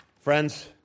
friends